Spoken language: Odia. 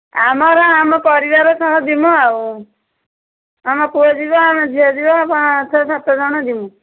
ଆମର ଆମ ପରିବାର ସହ ଯିବୁ ଆଉ ଆମ ପୁଅ ଯିବ ଆମେ ଝିଅ ଯିବ ପାଞ୍ଚ ସାତ ଜଣ ଯିବୁ